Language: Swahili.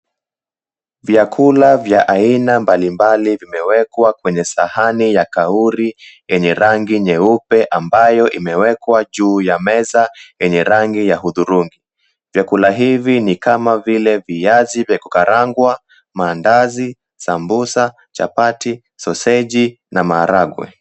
Vyakula vya aina mbalimbali vimewekwa kwenye sahani ya kauri yenye rangi nyeupe ambayo imewekwa juu ya meza yenye rangi ya hudhurungi. Vyakula hivi ni kama vile viazi vya kukarangwa maandazi, sambusa, chapati, soseji na maharagwe.